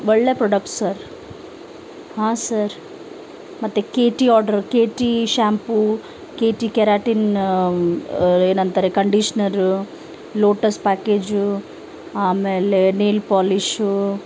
ಒಳ್ಳೆ product sir ಹಾಂ sir ಮತ್ತು K T order K T shampoo K T keratin ಏನಂತಾರೆ ಕಂಡೀಷ್ನರು ಲೋಟಸ್ ಪ್ಯಾಕೇಜು ಆಮೇಲೆ ನೈಲ್ ಪಾಲೀಶು